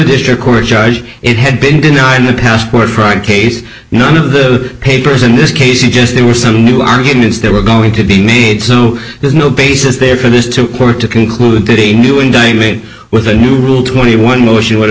district court judge it had been denied in the passport prior case none of the papers in this case he just there were some new arguments that were going to be made soon there's no basis there for this to court to conclude that he knew in day made with a new rule twenty one motion